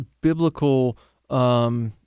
biblical